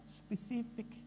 specific